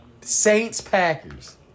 Saints-Packers